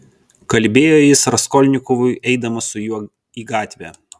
kalbėjo jis raskolnikovui eidamas su juo į gatvę